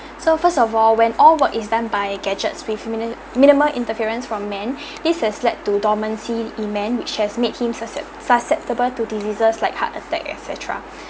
so first of all when all work is done by gadgets with mini~ minimum interference from men this has led to dormancy in men which has made him susce~ susceptible to diseases like heart attack et cetera